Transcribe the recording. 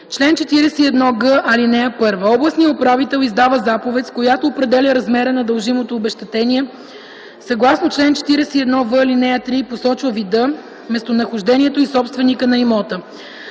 Чл. 41г. (1) Областният управител издава заповед, с която определя размера на дължимото обезщетение съгласно чл. 41в, ал. 3 и посочва вида, местонахождението и собственика на имота.